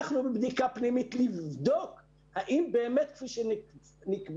אנחנו בבדיקה פנימית האם באמת כפי שנקבע,